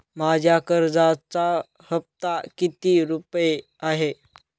माझ्या कर्जाचा हफ्ता किती रुपये आहे?